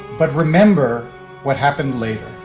but remember what happened later,